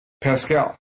Pascal